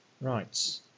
Right